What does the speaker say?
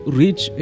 reach